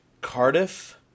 Cardiff